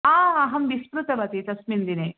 अहं विस्मृतवती तस्मिन् दिने